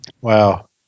Wow